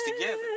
together